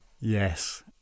Yes